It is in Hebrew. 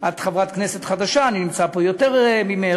את חברת כנסת חדשה, אני נמצא פה יותר ממך.